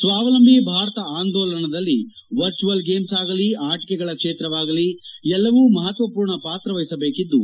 ಸ್ನಾವಲಂಬಿ ಭಾರತ ಆಂಧೋಲನದಲ್ಲಿ virtual games ಆಗಲಿ ಆಟಕೆಗಳ ಕ್ಷೇತ್ರವಾಗಲಿ ಎಲ್ಲವು ಬಹಳ ಮಹತ್ನ ಪೂರ್ಣ ಪಾತ್ರ ವಹಿಸಬೇಕಿದ್ಲು